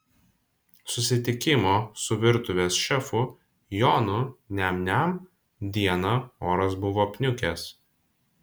susitikimo su virtuvės šefu jonu niam niam dieną oras buvo apniukęs